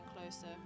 closer